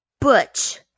Butch